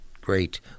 great